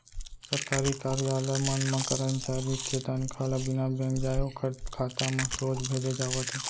सरकारी कारयालय मन म करमचारी के तनखा ल बिना बेंक जाए ओखर खाता म सोझ भेजे जावत हे